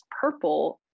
purple